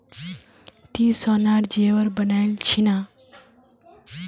ती सोनार जेवर बनइल छि न